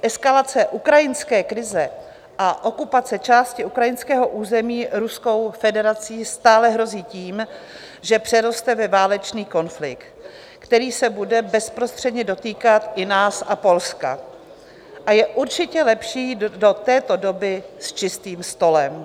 Eskalace ukrajinské krize a okupace části ukrajinského území Ruskou federací stále hrozí tím, že přeroste ve válečný konflikt, který se bude bezprostředně dotýkat i nás a Polska, a je určitě lepší jít do této doby s čistým stolem.